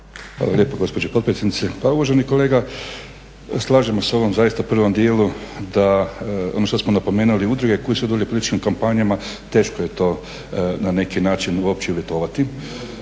Hvala lijepo gospođo potpredsjednice. Pa uvaženi kolega slažemo se u ovom prvom dijelu da ono što smo napomenuli udruge koje sudjeluju u političkim kampanjama teško je to na neki način uopće uvjetovati